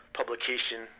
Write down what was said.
publication